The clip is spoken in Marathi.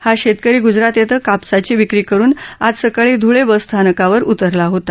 हा शेतकरी ग्जरात इथं कापसाची विक्री करुन आज सकाळी ध्ळे बस स्थानकात उतरला होता